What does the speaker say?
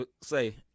say